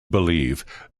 believe